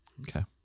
okay